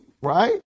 right